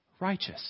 righteous